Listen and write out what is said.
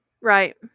Right